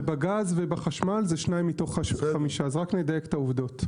ובגז ובחשמל זה 2 מתוך 5. אז רק נדייק את העובדות.